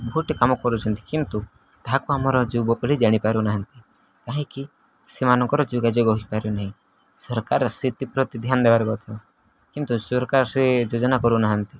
ବହୁତ ହିଁ କାମ କରୁଛନ୍ତି କିନ୍ତୁ ତାହାକୁ ଆମର ଯୁବପିଢ଼ି ଜାଣିପାରୁନାହାନ୍ତି କାହିଁକି ସେମାନଙ୍କର ଯୋଗାଯୋଗ ହେଇପାରୁନାହିଁ ସରକାର ସେଥିପ୍ରତି ଧ୍ୟାନ ଦେବାର କଥା କିନ୍ତୁ ସରକାର ସେ ଯୋଜନା କରୁନାହାନ୍ତି